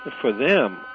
for them,